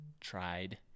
tried